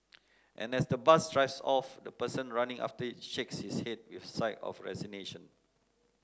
and as the bus drives off the person running after it shakes his head with a sigh of resignation